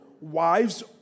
wives